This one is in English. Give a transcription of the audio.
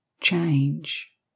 change